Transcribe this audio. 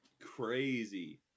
crazy